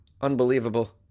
Unbelievable